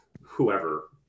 whoever